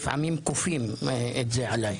ולפעמים כופים את זה עלי.